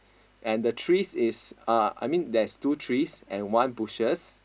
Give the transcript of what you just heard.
and the trees is uh I mean there's two trees and one bushes